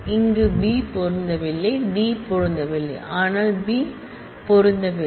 இங்கே பி பொருந்தவில்லை டி பொருந்தவில்லை ஆனால் பி பொருந்தவில்லை